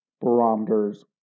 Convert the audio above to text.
barometers